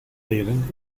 leren